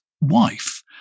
wife